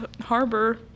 harbor